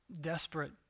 Desperate